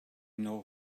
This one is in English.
know